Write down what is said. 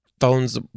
phones